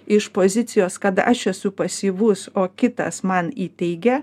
iš pozicijos kad aš esu pasyvus o kitas man įteigia